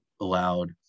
allowed